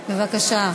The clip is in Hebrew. בבקשה.